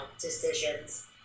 decisions